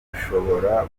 mushobora